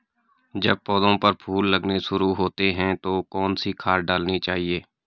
जब पौधें पर फूल लगने शुरू होते हैं तो कौन सी खाद डालनी चाहिए?